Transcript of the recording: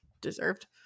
deserved